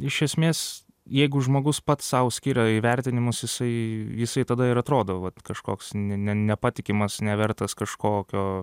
iš esmės jeigu žmogus pats sau skiria įvertinimus jisai jisai tada ir atrodo vat kažkoks ne ne nepatikimas nevertas kažkokio